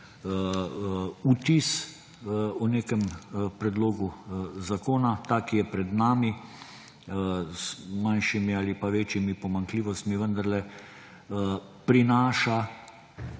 vtis o nekem predlogu zakona. Ta, ki je pred nami, z manjšimi ali pa večjimi pomanjkljivostmi vendarle prinaša,